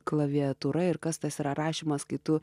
klaviatūra ir kas tas yra rašymas kai tu